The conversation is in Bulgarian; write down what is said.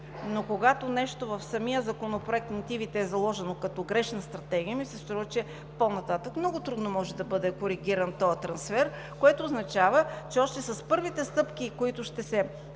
но когато нещо в самия Законопроект, в мотивите, е заложено като грешна стратегия, ми се струва, че по-нататък много трудно може да бъде коригиран този трансфер, което означава, че още с първите стъпки, които ще се